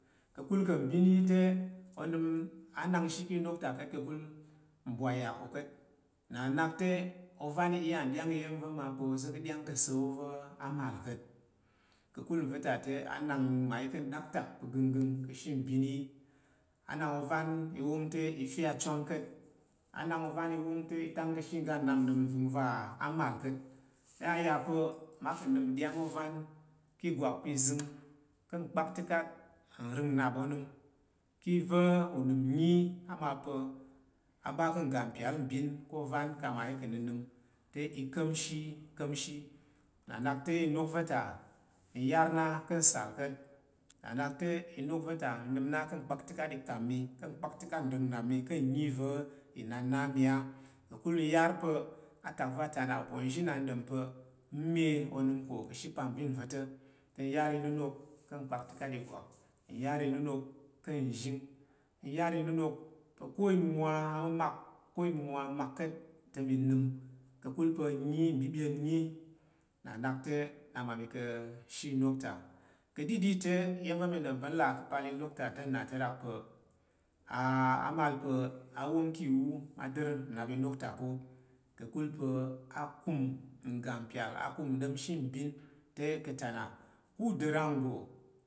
Kakul ka̱ mbin te onam anakshi ka̱, inok ta i ka̱t kakul mbwai y’a ko ka̱t, nna nakte ovan i iya ɗyang iya̱n va̱ ma pa̱ oza̱ ka̱ ɗyang ka̱ sa- wu va̱ a’ mal ka̱t kakul nva̱ ta te a nang mmayi ka̱ nɗaktak pa̱ ganggəng ka̱she mbin iyi. Anak ovan, wong te i bye acwang ka̱t. A. Nak ovani i wongte i tan kashe oga nnap nnam va a mal kat. Te a ya pa̱ mma ka̱ nam nɗyang ɗvan ki igwak pi̱ izang, ka̱ nkpaktokat nrong nap onam, ki va̱ unam nyi ama pa̱ a’ ka̱ ngga pyal mbin ka̱ ovan ka mmayi ka̱’ nnənəm, te i ka̱mshi yi ka̱mshi. Nna’ nakte inok va̱ ta n yar na ka̱ nsal ka̱t, nna nak te inok va ta n nam na ka̱ nkpaktəkat ikam mi, ka̱ nkpaktakat nrang nap mi ka nnyi va̱ ɪnan na’ mi a’. Ka̱kul nyar da̱ atak va ta na uponzhi nan ɗom pa̱ n’ mye onam ko kashe pambin va̱ ta̱. Ten yar, nunok pa̱ n nyi nni nakte nna mami kashe inokta ka̱ ɗiɗi te, iya̱n va̱ mi ɗom pa̱ n l’a ka’ pal inok ta te nna ta̱ rak pa̱ ama pa̱ ma wong ki iwu ma ḏir nnap inok ya ko. Ka̱kul pa̱ akum ngga pyal akum nda̱mshimbin te ka̱ ta na, ko u da ranggo.